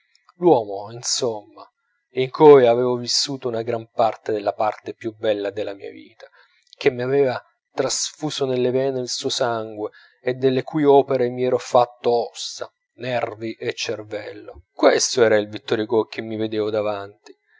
l'uomo insomma in cui avevo vissuto una gran parte della parte più bella della mia vita che m'aveva trasfuso nelle vene il suo sangue e delle cui opere mi ero fatto ossa nervi e cervello questo era il vittor hugo che mi vedevo davanti